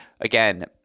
again